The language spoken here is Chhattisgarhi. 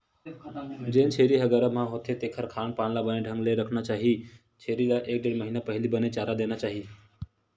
जेन छेरी ह गरभ म होथे तेखर खान पान ल बने ढंग ले रखना चाही छेरी ल एक ढ़ेड़ महिना पहिली बने चारा देना चाही